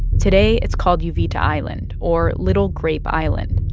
today it's called uvita island, or little grape island.